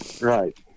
right